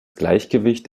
gleichgewicht